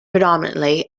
predominantly